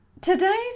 today's